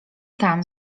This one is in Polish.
tam